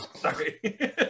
sorry